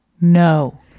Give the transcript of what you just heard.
no